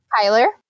Tyler